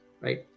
right